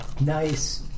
Nice